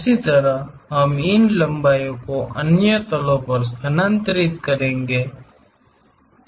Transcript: इसी तरह हम इन लंबाई को अन्य तलो पर स्थानांतरित करेंगे भी